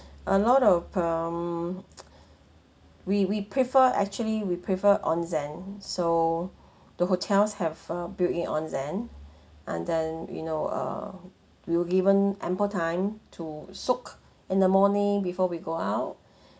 a lot of um we we prefer actually we prefer onsen so the hotels have a built in onsen and then you know uh we were given ample time to soak in the morning before we go out